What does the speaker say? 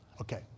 Okay